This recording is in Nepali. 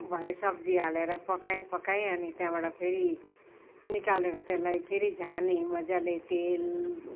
भरे सब्जी हालेर पकाएँ पकाएँ अनि त्यहाँबाट फेरि निकालेर त्यसलाई फेरि झानेँ मज्जाले तेल